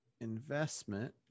Investment